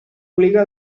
obliga